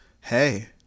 hey